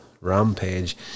rampage